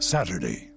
Saturday